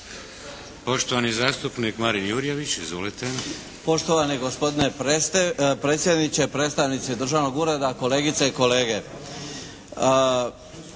Poštovani zastupnik Marin Jurjević. Izvolite! **Jurjević, Marin (SDP)** Poštovani gospodine predsjedniče, predstavnici Državnog ureda, kolegice i kolege!